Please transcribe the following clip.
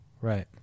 Right